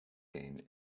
game